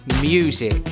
music